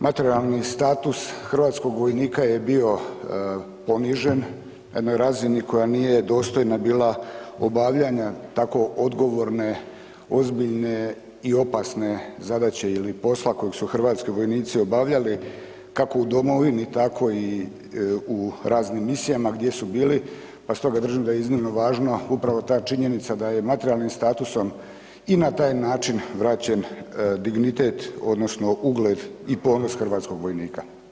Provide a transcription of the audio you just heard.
Materijalni status hrvatskog vojnika je bio ponižen na jednoj razini koja nije dostojna bila obavljanja tako odgovorne, ozbiljne i opasne zadaće ili posla kojeg su hrvatski vojnici obavljali kako u domovini, tako i u raznim Misijama gdje su bili, pa stoga držim da je iznimno važno upravo ta činjenica da je materijalnim statusom i na taj način vraćen dignitet odnosno ugled i ponos hrvatskog vojnika.